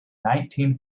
nineteen